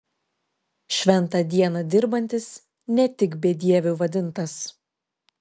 šventą dieną dirbantis ne tik bedieviu vadintas